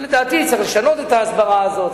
לדעתי צריך לשנות את ההסברה הזאת,